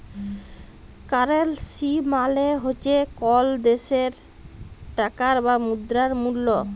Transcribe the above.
currency মালে হছে যে কল দ্যাশের টাকার বা মুদ্রার মূল্য